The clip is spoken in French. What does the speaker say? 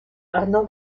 arnaud